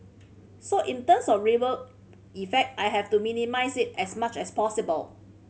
so in terms of ripple effect I have to minimise it as much as possible